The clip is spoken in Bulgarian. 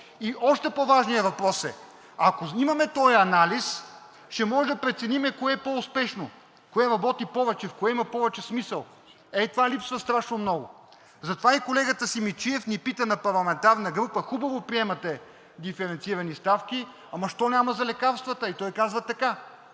И още по-важният въпрос е: ако имаме този анализ, ще можем да преценим кое е по-успешно, кое работи повече, в кое има повече смисъл. Ей това липсва страшно много. Затова и колегата Симидчиев ни пита на парламентарна група – хубаво приемате диференцирани ставки, ама защо няма за лекарствата? И той казва така: